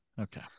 Okay